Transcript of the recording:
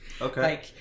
okay